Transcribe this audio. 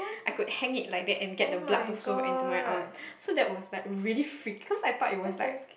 I could hang it like that and get the blood to flow back into my arm so that was like really freaky cause I thought it was like